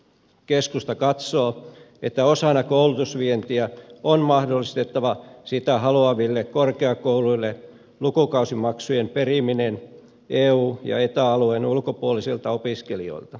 keskusta katsoo että osana koulutusvientiä on mahdollistettava sitä haluaville korkeakouluille lukukausimaksujen periminen eu ja eta alueen ulkopuolisilta opiskelijoilta